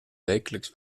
wekelijks